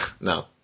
No